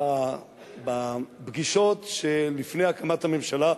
בפגישות שלפני הקמת הממשלה,